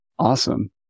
Awesome